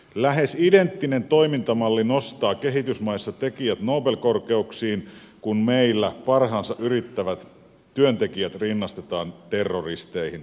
lähes identtinen toimintamalli nostaa kehitysmaissa tekijät nobel korkeuksiin kun meillä parhaansa yrittävät työntekijät rinnastetaan terroristeihin